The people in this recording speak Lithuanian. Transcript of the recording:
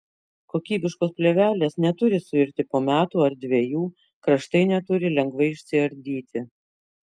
kokybiškos plėvelės neturi suirti po metų ar dviejų kraštai neturi lengvai išsiardyti